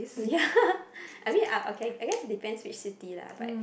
ya I mean I okay I guess depends your city lah but